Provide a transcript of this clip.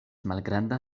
malgranda